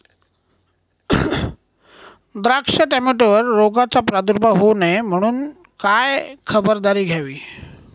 द्राक्ष, टोमॅटोवर रोगाचा प्रादुर्भाव होऊ नये म्हणून काय खबरदारी घ्यावी?